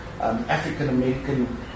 African-American